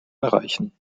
erreichen